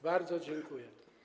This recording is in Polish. Bardzo dziękuję.